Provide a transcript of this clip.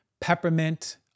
Peppermint